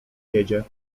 jedzie